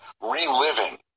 reliving